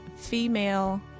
female